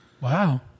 Wow